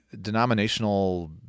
denominational